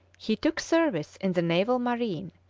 he took service in the naval marine,